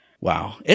Wow